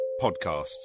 podcasts